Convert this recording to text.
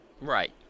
Right